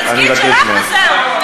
תייצגי את שלך וזהו.